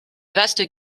vaste